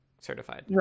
certified